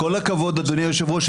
בכל הכבוד אדוני היושב הראש,